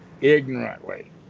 ignorantly